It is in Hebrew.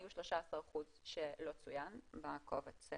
היו 13% שלא צוין בקובץ,